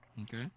Okay